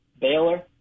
Baylor